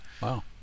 Wow